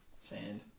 sand